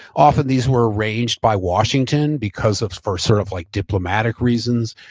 often these were arranged by washington, because of first sort of like diplomatic reasons.